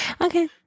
okay